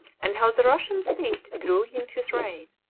and how the russian fleet grew in his reign.